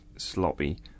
Sloppy